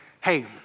hey